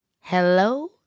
Hello